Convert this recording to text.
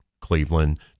Cleveland